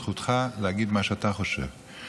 זכותך להגיד מה שאתה חושב.